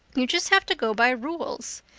you just have to go by rules.